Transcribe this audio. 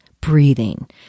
Breathing